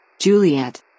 Juliet